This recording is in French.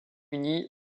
uni